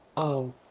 oh,